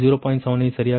79 சரியாகக் கிடைக்கும்